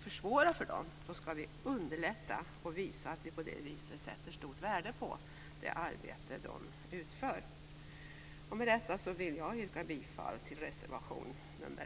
försvåra för dem utan vi skall underlätta och visa att vi sätter stort värde på det arbete som de utför. Med det anförda yrkar jag bifall till reservation nr